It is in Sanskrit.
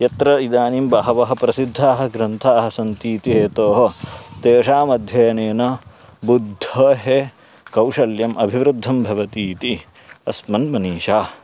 यत्र इदानीं बहवः प्रसिद्धाः ग्रन्थाः सन्ति इति हेतोः तेषाम् अध्ययनेन बुद्धेः कौशल्यम् अभिवृद्धं भवति इति अस्मत् मनीषा